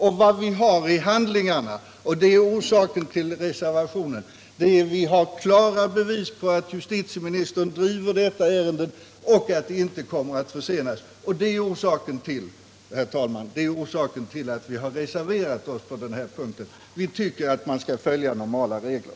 Och vi har i handlingarna klara bevis för att justitieministern driver detta ärende och att det inte kommer att försenas. Det är orsaken till att vi har reserverat oss på den här punkten. Vi tycker att man skall följa normala regler.